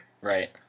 Right